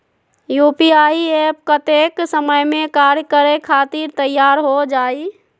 UPI app कतेइक समय मे कार्य करे खातीर तैयार हो जाई?